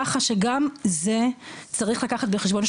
ככה שגם זה צריך לקחת בחשבון.